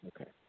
okay